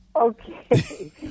Okay